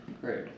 Great